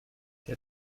der